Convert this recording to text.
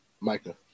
Micah